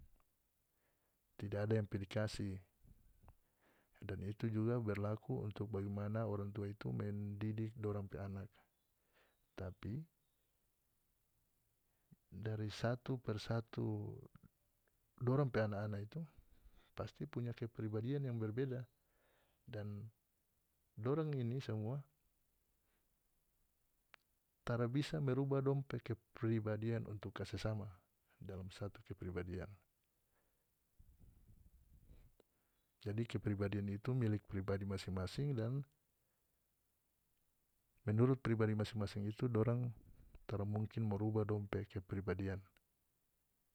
Tidak ada yang pilih kasih dan itu juga berlaku untuk bagaimana orang tua itu mendidik dorang pe anak tapi dari satu persatu dorang pe ana-ana itu pasti punya kepribadian yang berbeda dan dorang ini samua tara bisa merubah dong pe kepribadian untuk kase sama dalam satu kepribadian jadi kepribadian itu milik pribadi masing-masing dan menurut pribadi masing-masing itu dorang tara mungkin mo rubah dong pe kepribadian.